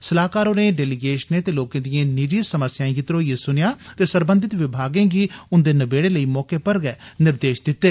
सलाहकार होरें डेलीगेशनें ते लोकें दिए निजी समस्याएं गी त्रोइयै सुनेआ ते सरबंधत विभागें गी उंदे नबेड़े लेई मौके पर फौरी निर्देश दित्ते